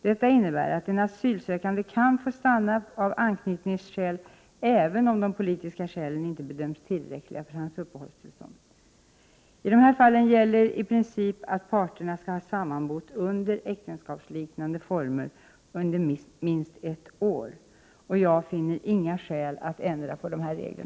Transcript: Detta innebär att en asylsökande kan få stanna av anknytningsskäl även om de politiska skälen inte bedöms tillräckliga för uppehållstillstånd. I dessa fall gäller i princip att parterna skall ha sammanbott under äktenskapsliknande former i minst ett år. 13 Jag finner inga skäl att ändra på dessa regler.